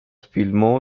filmó